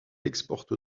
exporte